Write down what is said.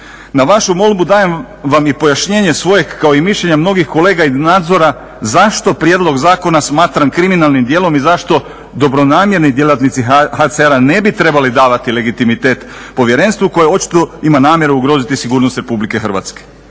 "Na vašu molbu dajem vam i pojašnjenje svojeg, kao i mišljenje mnogih kolega iz nadzora, zašto prijedlog zakona smatram kriminalnim djelom i zašto dobronamjerni djelatnici HCR-a ne bi trebali davati legitimitet povjerenstvu koje očito ima namjeru ugroziti sigurnost Republike Hrvatske.